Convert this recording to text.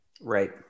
Right